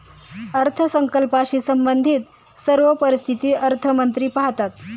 अर्थसंकल्पाशी संबंधित सर्व परिस्थिती अर्थमंत्री पाहतात